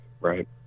Right